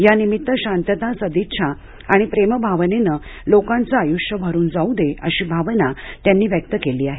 यानिमित्त शांतता सदिच्छा आणि प्रेमभावनेनं लोकांचं आयुष्यभरून जाऊ दे अशी भावना त्यांनी व्यक्त केली आहे